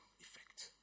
effect